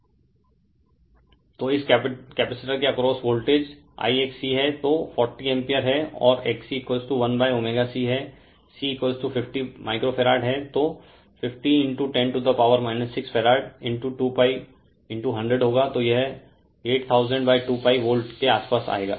Refer Slide Time 1051 तो इस capacitor के अक्रॉस वोल्टेज IXC हैं तो I 40 एम्पीयर है और XC1ωC हैं C 50 माइक्रो फैरड है तो 5010 टू दा पावर 6 फैरड 2π100 होगा तो यह 80002π वोल्ट के आसपास आएगा